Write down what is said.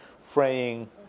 fraying